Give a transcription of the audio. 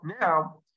now